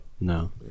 No